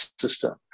system